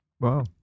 Wow